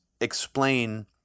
explain